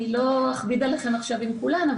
אני לא אכביד עליכם עם כולן.